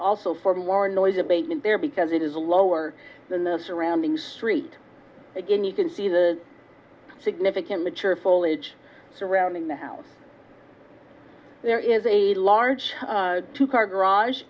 also for more noise abatement there because it is lower than the surrounding street again you can see the significant mature foliage surrounding the house there is a large two car garage